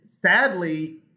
Sadly